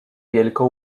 wielką